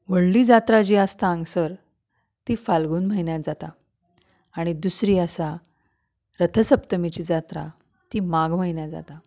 व्हडली जात्रा जी आसता हांगासर ती फाल्गुन म्हयन्यांत जाता आनी दुसरी आसा रथसप्तमितीची जात्रा ती माग म्हयन्यांत जाता